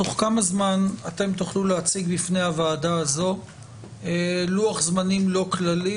תוך כמה זמן אתם תוכלו להציג בפני הוועדה הזו לוח זמנים לא כללי,